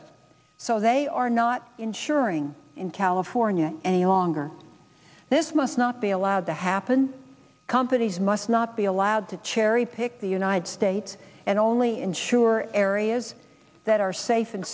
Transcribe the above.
it so they are not insuring in california any longer this must not be allowed to happen companies must not be allowed to cherry pick the united states and only insure areas that are safe and